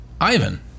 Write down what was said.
Ivan